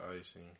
icing